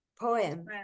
poem